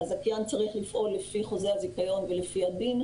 הזכיין צריך לפעול לפי חוזה הזיכיון ולפי הדין,